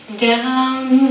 down